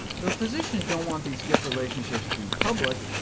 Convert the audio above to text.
though physicians don't want these gift relationships to be public,